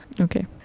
okay